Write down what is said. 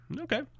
Okay